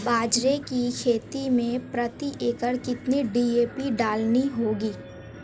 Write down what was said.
बाजरे की खेती में प्रति एकड़ कितनी डी.ए.पी डालनी होगी?